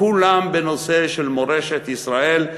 כולם בנושא של מורשת ישראל,